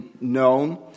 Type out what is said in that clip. known